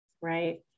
right